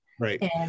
right